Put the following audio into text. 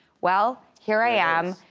well, here i am.